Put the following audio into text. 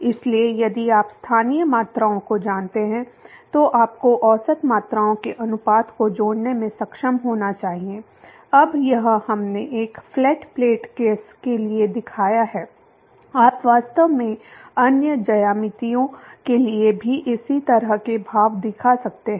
इसलिए यदि आप स्थानीय मात्राओं को जानते हैं तो आपको औसत मात्राओं के अनुपातों को जोड़ने में सक्षम होना चाहिए अब यह हमने एक फ्लैट प्लेट केस के लिए दिखाया है आप वास्तव में अन्य ज्यामितीयों के लिए भी इसी तरह के भाव दिखा सकते हैं